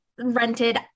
rented